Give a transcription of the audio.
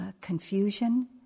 confusion